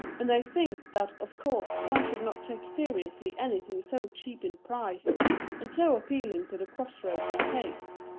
and they think that of course one should not take seriously anything so cheap in price and so appealing to the cross-roads taste.